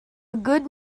good